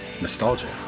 Nostalgia